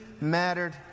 mattered